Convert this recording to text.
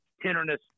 tenderness